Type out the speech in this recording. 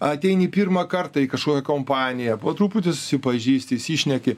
ateini pirmą kartą į kažkokią kompaniją po truputį susipažįsti įsišneki